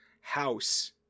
house